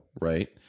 right